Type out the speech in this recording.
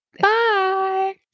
Bye